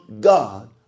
God